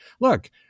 look